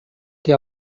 que